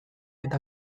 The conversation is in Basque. eta